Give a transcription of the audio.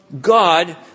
God